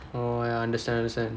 oh ya I understand understand